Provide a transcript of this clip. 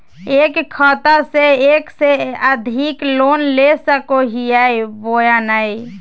एक खाता से एक से अधिक लोन ले सको हियय बोया नय?